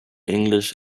english